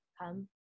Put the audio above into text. come